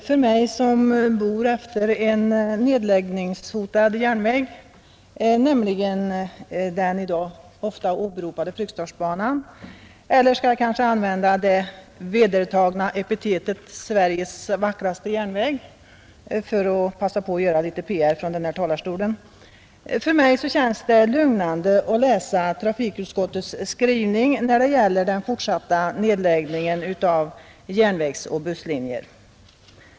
För mig som bor efter en nedläggningshotad järnväg — nämligen den i dag ofta åberopade Fryksdalsbanan, eller skall jag kanske använda det vedertagna epitetet Sveriges vackraste järnväg, för att passa på att göra litet PR från den här talarstolen — känns det lugnande att läsa trafikutskottets skrivning då det gäller den fortsatta nedläggningen av järnvägsoch busslinjer.